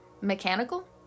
mechanical